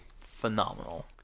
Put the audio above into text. phenomenal